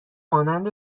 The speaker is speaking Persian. مانند